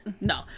No